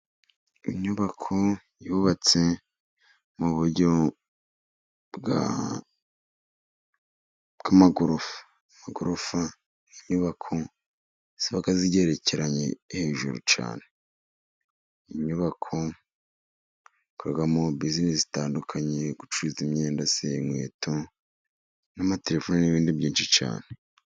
Inyubako yubatse mu buryo bw'amagorofa, amagorofa ni inyubako ziba zigerekeranye hejuru cyane, ni inyubako zikorerwamo bizinesi zitandukanye, gucuruza imyenda se, inkweto, n'amatelefoni, n'ibindi byinshi cyane.